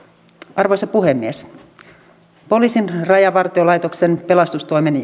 arvoisa puhemies poliisin rajavartiolaitoksen pelastustoimen